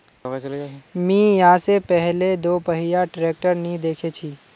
मी या से पहले दोपहिया ट्रैक्टर नी देखे छी